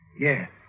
Yes